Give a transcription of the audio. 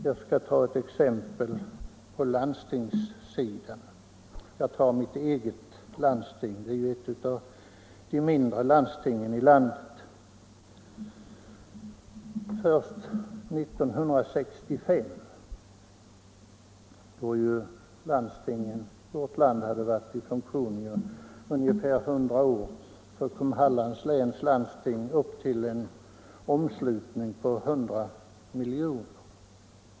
Jag skall ta ett exempel från mitt eget landsting som är ett av de 180 mindre landstingen i landet. Först år 1965, då landstingen i vårt land hade varit i funktion i 100 år, kom Hallands läns landsting upp till en omslutning på 100 miljoner.